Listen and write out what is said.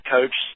Coach